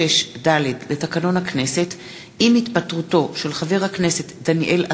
מאת חברי הכנסת ענת ברקו,